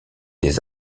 des